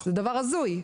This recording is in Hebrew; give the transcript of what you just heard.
זה דבר הזוי,